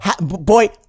boy